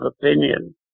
opinion